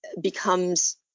becomes